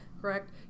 correct